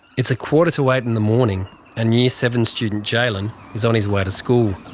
it's a quarter to eight in the morning and year seven student jaylin is on his way to school.